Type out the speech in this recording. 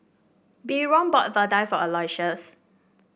Byron bought Vadai for Aloysius